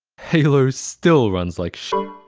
halo still runs like